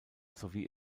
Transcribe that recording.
sowie